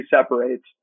separates